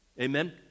Amen